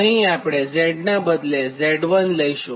અહીં આપણે Z નાં Z1 બદલે લઇશું